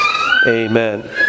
Amen